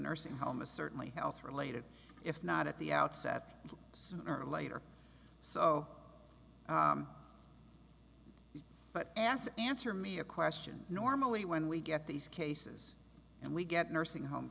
nursing home is certainly health related if not at the outset sooner or later so but after answer me a question normally when we get these cases and we get nursing home